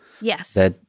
Yes